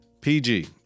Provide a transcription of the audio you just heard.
PG